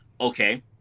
okay